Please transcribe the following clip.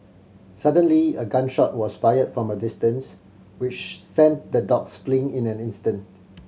suddenly a gun shot was fired from a distance which sent the dogs fleeing in an instant